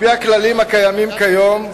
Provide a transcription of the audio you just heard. על-פי הכללים הקיימים כיום,